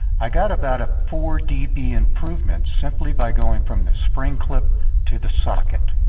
i got about a four db improvement simply by going from the spring clip to the socket.